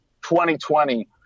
2020